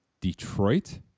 Detroit